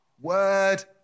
Word